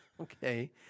Okay